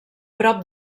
prop